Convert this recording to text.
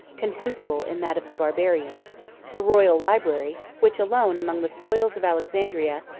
contemptible in that of the barbarians the royal library, which alone, among the spoils of alexandria,